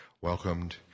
welcomed